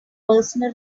personal